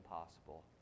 impossible